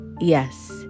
yes